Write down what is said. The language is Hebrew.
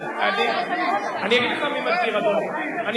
תמיד תבדקי, בבקשה.